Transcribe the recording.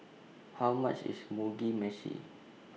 How much IS Mugi Meshi